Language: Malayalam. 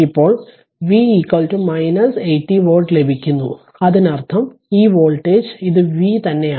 ഇപ്പോൾ V 80 വോൾട്ട് ലഭിക്കുന്നു അതിനർത്ഥം ഈ വോൾട്ടേജ് ഇത് V തന്നെയാണ്